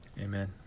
Amen